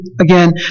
again